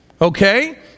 Okay